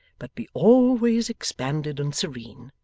but be always expanded and serene.